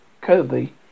Kirby